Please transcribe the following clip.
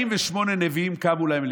48 נביאים קמו להם,